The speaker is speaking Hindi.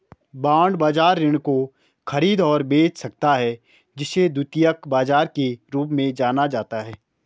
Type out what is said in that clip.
बांड बाजार ऋण को खरीद और बेच सकता है जिसे द्वितीयक बाजार के रूप में जाना जाता है